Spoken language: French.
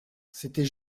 c’était